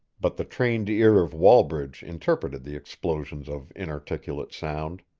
but the trained ear of wallbridge interpreted the explosions of inarticulate sound.